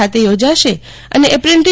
ખાતે યોજાશે અને એપ્રેન્ટી